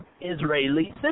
Israeli